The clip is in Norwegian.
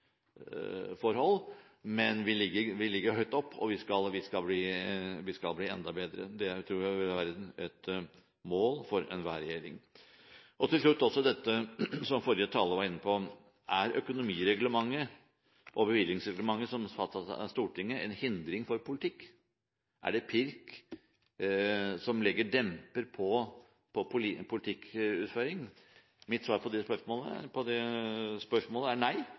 men vi ligger høyt oppe, og vi skal bli enda bedre. Det tror jeg vil være et mål for enhver regjering. Så til slutt til dette som forrige taler var inne på: Er økonomireglementet og bevilgningsreglementet som fastsettes av Stortinget, en hindring for politikk? Er det pirk som legger en demper på politikkutforming? Mitt svar på de spørsmålene er nei, det er det overhodet ikke, men det må gjøres på riktig måte. Det